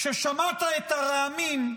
כששמעת את הרעמים,